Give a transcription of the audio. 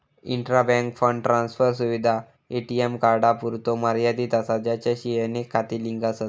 intra bank fund transfer सुविधा ATM कार्डांपुरतो मर्यादित असा ज्याचाशी अनेक खाती लिंक आसत